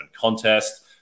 contest